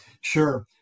Sure